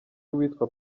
y’uwitwa